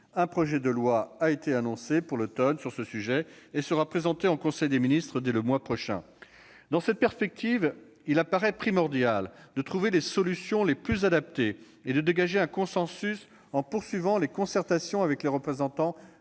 un projet de loi a été annoncé pour l'automne sur ce sujet. Il sera présenté en conseil des ministres dès le mois prochain. Dans cette perspective, il apparaît primordial de trouver les solutions les plus adaptées et de dégager un consensus en poursuivant les concertations avec les représentants